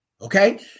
Okay